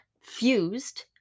fused